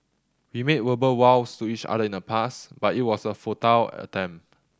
we made verbal vows to each other in the past but it was a futile attempt